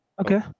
okay